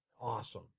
awesome